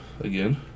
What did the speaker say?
again